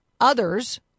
others